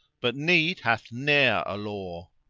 but need hath ne'er a law!